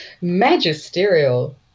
magisterial